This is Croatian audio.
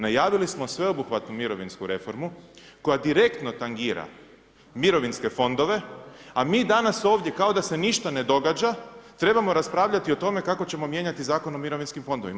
Najavili smo sveobuhvatnu mirovinsku reformu, koja direktno tangira mirovinske fondove, a mi danas ovdje kao da se ništa ne događa, trebamo raspravljati o tome, kako ćemo mijenjati Zakon o mirovinskim fondovima.